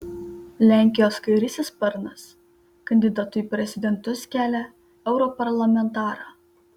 lenkijos kairysis sparnas kandidatu į prezidentus kelia europarlamentarą